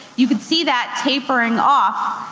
you can see that tapering off.